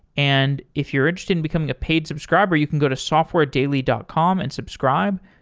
and if you're interested in becoming a paid subscriber, you can go to softwaredaily dot com and subscribe.